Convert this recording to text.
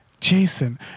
Jason